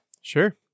Sure